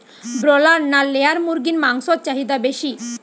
Broiler না layer মুরগির মাংসর চাহিদা বেশি?